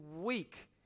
weak